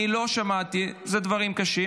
אני לא שמעתי, זה דברים קשים.